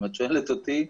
אם את שואלת אותי,